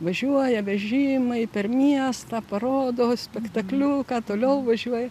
važiuoja vežimai per miestą parodo spektakliuką toliau važiuoja